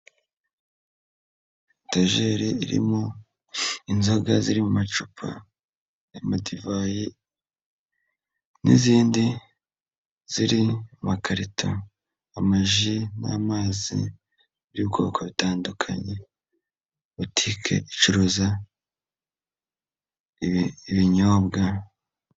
Etageri irimo inzoga ziri mu macupa y'amadivayi n'izindi ziri makarito; amaji n'amazi by'ubwoko bitandukanye, butike icuruza ibinyobwa...